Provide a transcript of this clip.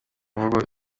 mvugo